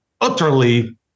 utterly